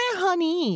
honey